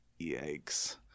Yikes